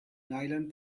nylon